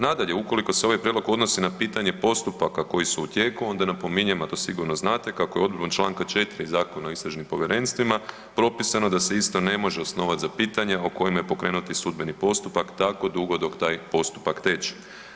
Nadalje, ukoliko se ovaj prijedlog odnosi na pitanje postupaka koji su u tijeku onda napominjem, a to sigurno znate kako je odredbom Članak 4. Zakona o istražnim povjerenstvima propisano da se isto ne može osnovati za pitanja o kojima je pokrenut sudbeni postupak tako dugo dok taj postupak teče.